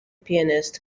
pianist